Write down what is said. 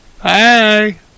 Hey